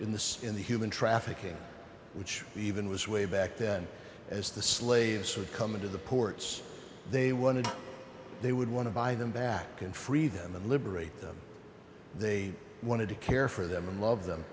south in the human trafficking which even was way back then as the slaves were coming to the ports they wanted they would want to buy them back and free them and liberate them they wanted to care for them and love them